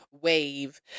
wave